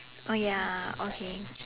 oh ya okay